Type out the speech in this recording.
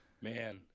Man